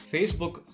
Facebook